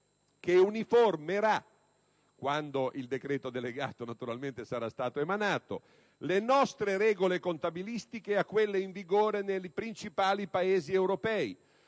che uniformerà, quando il decreto delegato sarà stato emanato, le nostre regole contabilistiche a quelle in vigore nei principali Paesi europei,